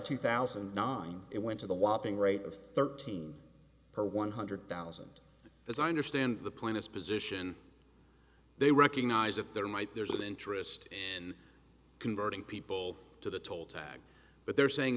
two thousand and nine it went to the whopping rate of thirteen per one hundred thousand as i understand the point its position they recognize that there might there's an interest in converting people to the toll tag but they're saying